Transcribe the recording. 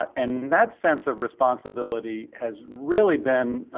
and that sense of responsibility has really been ah.